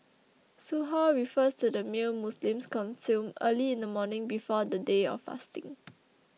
Suhoor refers to the meal Muslims consume early in the morning before the day of fasting